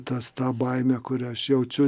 tas tą baimę kurią aš jaučiu